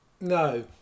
No